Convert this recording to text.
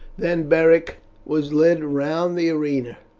then beric was led round the arena.